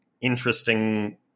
interesting